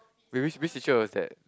wait which which teacher was that